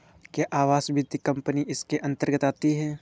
क्या आवास वित्त कंपनी इसके अन्तर्गत आती है?